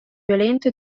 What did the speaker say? violento